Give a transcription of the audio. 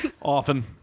Often